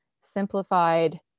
simplified